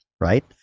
right